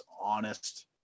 honest